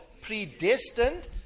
predestined